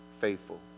faithful